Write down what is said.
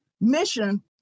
mission